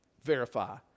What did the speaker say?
Verify